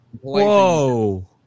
Whoa